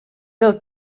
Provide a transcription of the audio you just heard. del